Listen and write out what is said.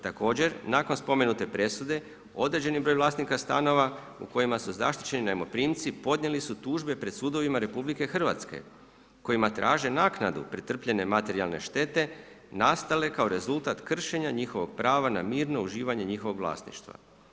Također nakon spomenute presude određeni broj vlasnika stanova u kojima su zaštićeni najmoprimci podnijeli su tužbe pred sudovima RH kojima traže naknadu pretrpljene materijalne štete nastale kao rezultat kršenja njihovog prava na mirno uživanje njihovog vlasništva.